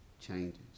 changes